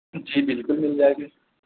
جی بالکل مل جائے گی